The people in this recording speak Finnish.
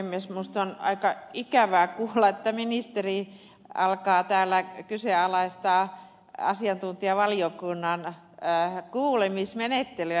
minusta on aika ikävää kuulla että ministeri alkaa tällä kyseenalaistaa asiantuntijavaliokunnan kuulemismenettelyä